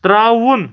ترٛاوُن